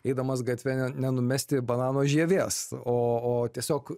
eidamas gatve ne nenumesti banano žievės o o tiesiog